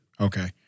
Okay